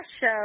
show